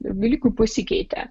ir dalykų pasikeitė